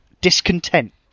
discontent